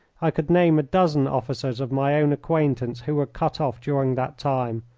i could name a dozen officers of my own acquaintance who were cut off during that time,